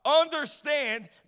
understand